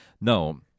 No